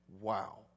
Wow